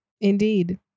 Indeed